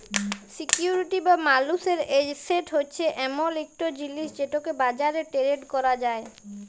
security বা মালুসের asset হছে এমল ইকট জিলিস যেটকে বাজারে টেরেড ক্যরা যায়